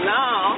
now